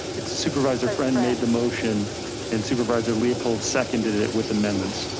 it's supervisor friend made the motion and supervisor leopold second did it with amendments.